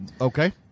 Okay